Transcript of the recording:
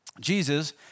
Jesus